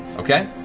okay.